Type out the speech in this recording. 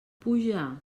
puja